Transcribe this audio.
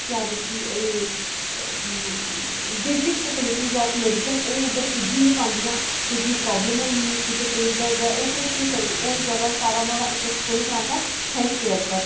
केह् आक्खदे basic facility of medicine ओह् उत्थै पुज्जी निं पांदियां की के प्रॉब्लम होई कुसै गी पेट प्रॉब्लम ऐ ओह् केह् करग ते सारा ओह्दा कोह्दे पर इफैक्ट आंदा हेल्थ केयर पर